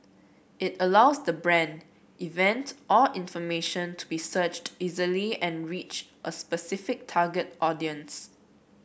it allows the brand event or information to be searched easily and reach a specific target audience